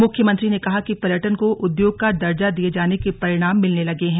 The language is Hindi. मुख्यमंत्री ने कहा कि पर्यटन को उद्योग का दर्जा दिये जाने के परिणाम मिलने लगे हैं